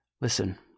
Listen